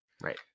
right